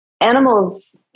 Animals